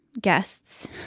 guests